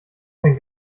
kein